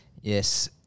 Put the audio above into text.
Yes